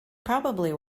probably